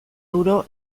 euro